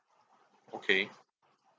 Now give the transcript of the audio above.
okay